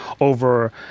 over